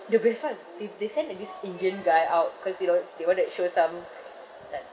the best part they they sent uh this indian guy out cause you know they want to show us some uh